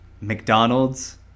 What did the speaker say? McDonald's